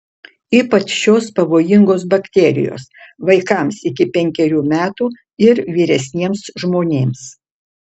ypač šios pavojingos bakterijos vaikams iki penkerių metų ir vyresniems žmonėms